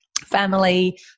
family